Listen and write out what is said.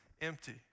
empty